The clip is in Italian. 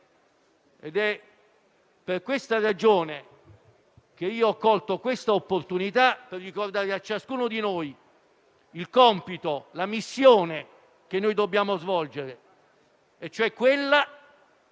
Per questa ragione, ho colto questa opportunità per ricordare a ciascuno di noi il compito, la missione che dobbiamo svolgere: dare una